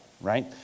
right